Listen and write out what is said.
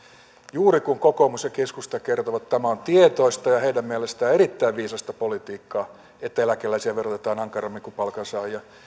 juuri kun kokoomus ja keskusta kertoivat että tämä on tietoista ja heidän mielestään erittäin viisasta politiikkaa että eläkeläisiä verotetaan ankarammin kuin palkansaajia